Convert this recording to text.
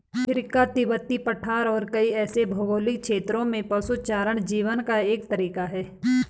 Africa, तिब्बती पठार और कई ऐसे भौगोलिक क्षेत्रों में पशुचारण जीवन का एक तरीका है